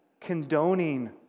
condoning